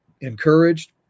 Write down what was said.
encouraged